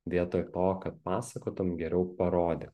vietoj to kad pasakotum geriau parodyk